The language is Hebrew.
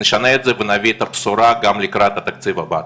נשנה את זה ונביא את הבשורה גם לקראת התקציב הבא.